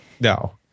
No